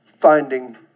finding